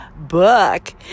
book